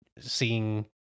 seeing